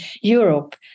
Europe